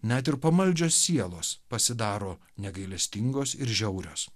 net ir pamaldžios sielos pasidaro negailestingos ir žiaurios